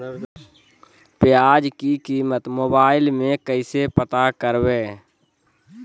प्याज की कीमत मोबाइल में कैसे पता करबै?